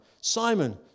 Simon